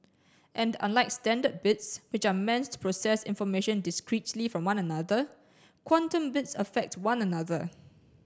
and unlike standard bits which are meant to process information discretely from one another quantum bits affect one another